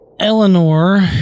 Eleanor